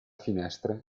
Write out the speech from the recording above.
finestre